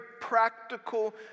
practical